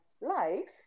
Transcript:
life